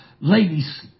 ladies